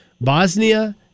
Bosnia